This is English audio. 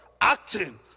acting